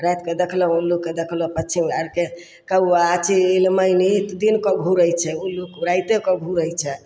रातिकऽ देखलहुँ उल्लूके देखलहुँ पक्षी आरके कौआ चील मैना तऽ दिनकऽ घूरय छै उल्लू राइतेके घूरय छै